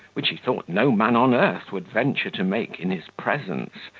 which he thought no man on earth would venture to make in his presence,